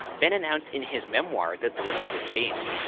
fenn announced in his memoir, the thrill of the chase,